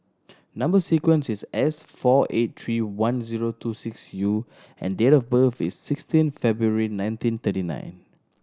number sequence is S four eight three one zero two six U and date of birth is sixteen February nineteen thirty nine